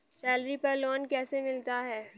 Salary पर loan कैसे मिलता है?